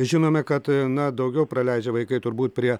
žinome kad na daugiau praleidžia vaikai turbūt prie